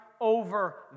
over